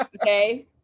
Okay